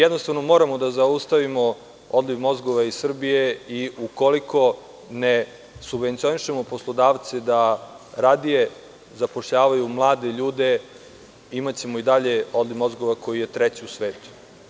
Jednostavno moramo da zaustavimo odliv mozgova iz Srbije i ukoliko ne subvencionišemo poslodavce da radije zapošljavaju mlade ljude, imaćemo i dalje odliv mozgova koji je treći u svetu.